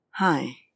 Hi